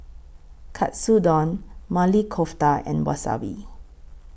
Katsudon Maili Kofta and Wasabi